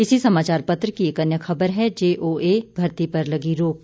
इसी समाचार पत्र की एक अन्य खबर है जेओए भर्ती पर लगी रोक